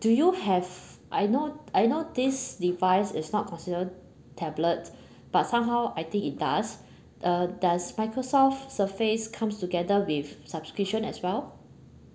do you have I know I know this device is not considered tablet but somehow I think it does uh does microsoft surface comes together with subscription as well